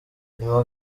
nyuma